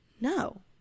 No